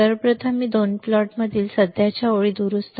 सर्वप्रथम मी या दोन्ही प्लॉटमधील सध्याच्या ओळी दुरुस्त करतो